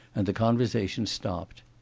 and the conversation stopped.